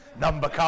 number